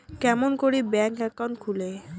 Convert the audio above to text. কেমন করি bank account খুলে?